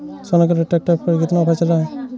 Sonalika tractor पर कितना offer चल रहा है?